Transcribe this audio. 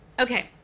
okay